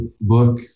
book